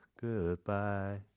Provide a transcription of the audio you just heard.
Goodbye